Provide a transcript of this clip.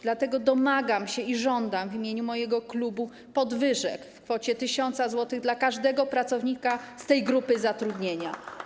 Dlatego domagam się i żądam w imieniu mojego klubu podwyżek w kwocie 1000 zł dla każdego pracownika z tej grupy zatrudnienia.